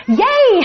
yay